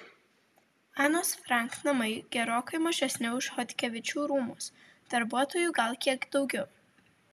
anos frank namai gerokai mažesni už chodkevičių rūmus darbuotojų gal kiek daugiau